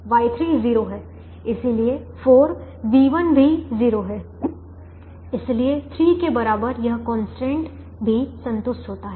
इसलिए 4 v1 भी 0 है इसलिए 3 के बराबर यह constraint कंस्ट्रेंट भी संतुष्ट होता है